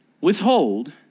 withhold